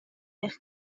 eich